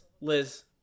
Liz